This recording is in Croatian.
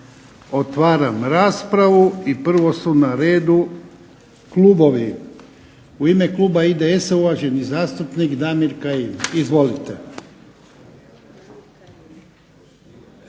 Otvaram raspravu, prvo su na redu klubovi. U ime Kluba IDS-a uvaženi zastupnik Damir Kajin. Izvolite.